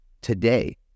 Today